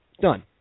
Done